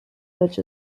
such